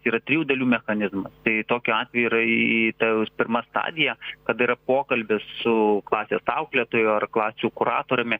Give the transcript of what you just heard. yra trijų dalių mechanizmas tokiu atveju yra į ta pirma stadija kada yra pokalbis su klasės auklėtoju ar klasių kuratoriumi